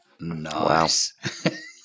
Nice